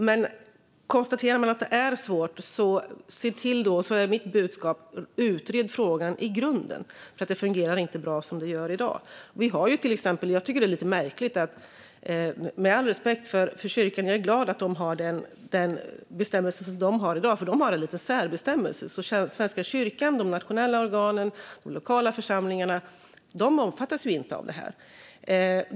Men konstaterar man att det är svårt är mitt budskap: Utred frågan i grunden, för det fungerar inte bra som det gör i dag. Jag har all respekt för Svenska kyrkan, men det här är lite märkligt. Jag är glad att den har den bestämmelse som den har i dag. Den har en liten särbestämmelse. Svenska kyrkan med de nationella organen och de lokala församlingarna omfattas inte av detta.